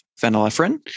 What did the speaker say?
phenylephrine